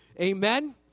Amen